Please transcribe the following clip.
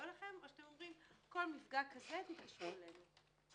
אליכם או לומר: כל מפגע כזה תתקשרו אלינו?